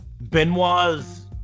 Benoit's